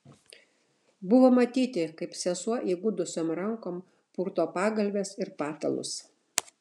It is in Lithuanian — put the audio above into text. buvo matyti kaip sesuo įgudusiom rankom purto pagalves ir patalus